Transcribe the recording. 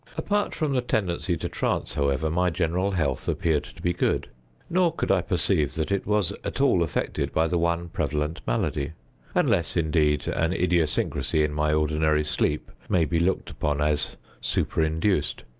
apart from the tendency to trance, however, my general health appeared to be good nor could i perceive that it was at all affected by the one prevalent malady unless, indeed, an idiosyncrasy in my ordinary sleep may be looked upon as superinduced.